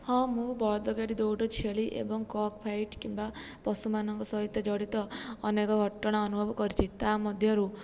ହଁ ମୁଁ ବଳଦଗାଡ଼ି ଦୌଡ଼ ଛେଳି ଏବଂ କକ୍ ଫାଇଟ୍ କିମ୍ବା ପଶୁମାନଙ୍କ ସହିତ ଜଡ଼ିତ ଅନେକ ଘଟଣା ଅନୁଭବ କରିଛି ତା'ମଧ୍ୟରୁ